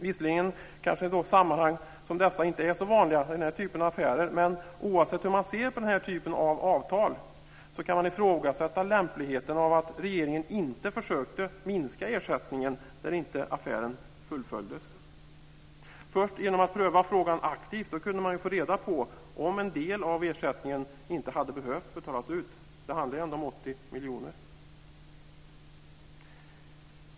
Visserligen är kanske inte sammanhang som dessa så vanliga i sådana här affärer, men oavsett hur man ser på denna typ av avtal kan man ifrågasätta lämpligheten av att regeringen inte försökte minska ersättningen när affären inte fullföljdes. Först genom att pröva frågan aktivt kunde man få reda på om en del av ersättningen inte hade behövt betalas ut. Det handlade ändå om 80 miljoner kronor.